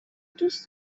دوست